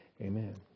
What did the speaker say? Amen